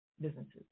businesses